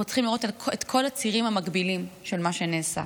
צריכים לראות את כל הצירים המקבילים של מה שנעשה,